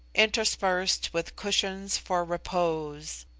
interspersed with cushions for repose.